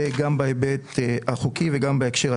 זה גם בהיבט החוקי וגם בהקשר הטכני.